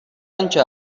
انچه